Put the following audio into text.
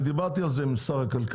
אני דיברתי על זה עם שר הכלכלה,